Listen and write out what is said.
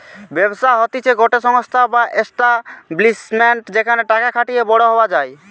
ব্যবসা হতিছে গটে সংস্থা বা এস্টাব্লিশমেন্ট যেখানে টাকা খাটিয়ে বড়ো হওয়া যায়